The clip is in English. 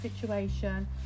situation